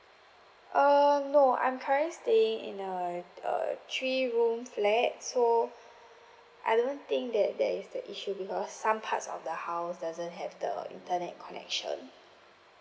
um no I'm currently staying in a uh three room flat so I don't think that that is the issue because some parts of the house doesn't have the internet connection